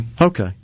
Okay